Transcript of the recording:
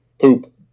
Poop